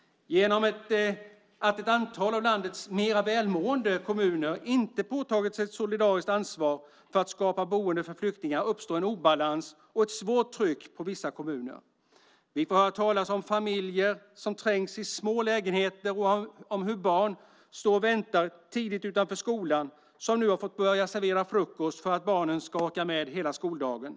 Genom att ett antal av landets mer välmående kommuner inte har påtagit sig ett solidariskt ansvar för att skapa boende för flyktingar uppstår en obalans och ett svårt tryck på vissa kommuner. Vi får höra talas om familjer som trängs i små lägenheter och om hur barn tidigt står och väntar utanför skolan som nu har fått börja servera frukost för att barnen ska orka med hela skoldagen.